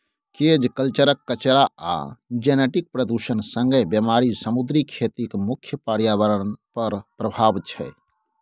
cage कल्चरक कचरा आ जेनेटिक प्रदुषण संगे बेमारी समुद्री खेतीक मुख्य प्रर्याबरण पर प्रभाब छै